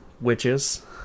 witches